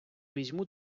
візьму